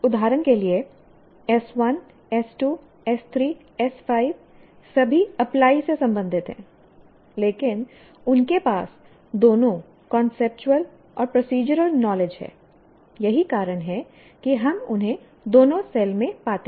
उदाहरण के लिए S 1 S 2 S 3S 5 सभी अप्लाई से संबंधित हैं लेकिन उनके पास दोनों कांसेप्चुअल और प्रोसीजरल नॉलेज हैं यही कारण है कि हम उन्हें दोनों सेल में पाते हैं